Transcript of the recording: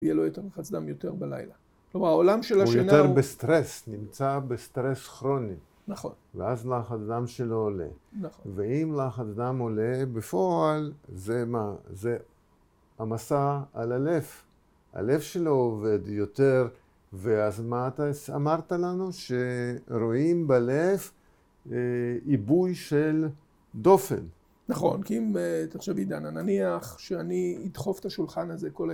‫ויהיה לו יותר לחץ דם יותר בלילה. ‫כלומר, העולם של השינה הוא... ‫הוא יותר בסטרס, ‫נמצא בסטרס כרוני. ‫נכון. ‫-ואז לחץ דם שלו עולה. ‫נכון. ‫-ואם לחץ דם עולה, ‫בפועל זה מה? ‫זה העמסה על הלב. ‫הלב שלו עובד יותר, ‫ואז מה אמרת לנו? ‫שרואים בלב עיבוי של דופן. ‫-נכון. ‫כי אם, תחשבי דנה, ‫נניח שאני אדחוף את השולחן הזה.